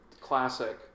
Classic